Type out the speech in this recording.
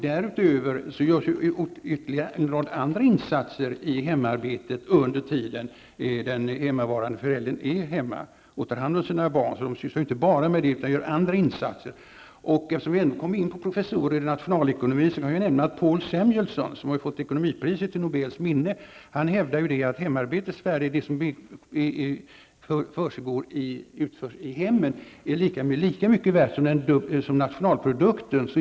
Därutöver görs en rad andra insatser under den tid en förälder är hemma och tar hand om sina barn. Eftersom vi kom in på professorer i nationalekonomi kan jag nämna att Paul Samuelson, som har fått ekonomipriset till Nobels minne, hävdar att det arbete som utförs i hemmen är lika mycket värt som bruttonationalprodukten.